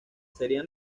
sería